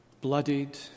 bloodied